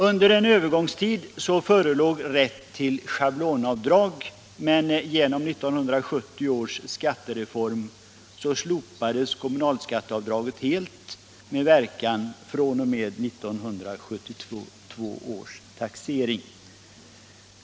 Under en övergångstid förelåg rätt till schablonavdrag, men genom 1970 års skattereform slopades kommunalskatteavdraget helt med verkan fr.o.m. 1972 års taxering.